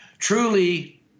truly